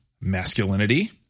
masculinity